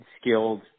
skilled